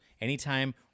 anytime